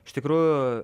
iš tikrųjų